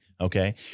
Okay